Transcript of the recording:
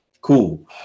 Cool